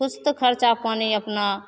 किछु तऽ खरचा पानी अपना